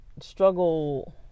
struggle